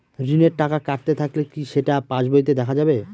ঋণের টাকা কাটতে থাকলে কি সেটা পাসবইতে দেখা যাবে?